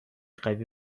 قوی